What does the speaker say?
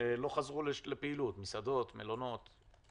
לא חזרו לפעילות מסעדות, מלונות.